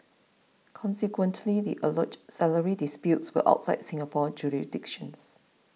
consequently the alleged salary disputes were outside Singapore's jurisdictions